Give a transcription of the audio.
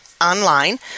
online